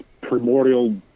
primordial